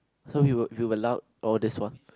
so we were we were loud or this one